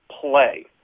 play